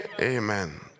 Amen